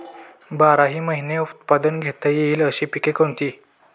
बाराही महिने उत्पादन घेता येईल अशी पिके कोणती?